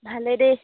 ভালে দেই